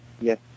Yes